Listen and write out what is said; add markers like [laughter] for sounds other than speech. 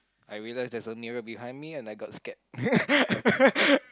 I realise there's a mirror behind me and I got scared [laughs]